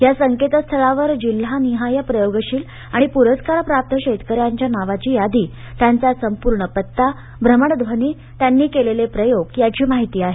या संकेतस्थळावर जिल्हानिहाय प्रयोगशील आणि पुरस्कार प्राप्त शेतकन्यांप्या नावाची यावी त्यांचा संपूर्ण पत्ता भ्रमणघ्वनी त्यांनी केलेले प्रयोग यावी नाहिती आहे